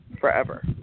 forever